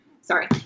Sorry